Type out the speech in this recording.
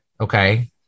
Okay